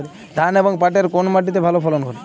ধান এবং পাটের কোন মাটি তে ভালো ফলন ঘটে?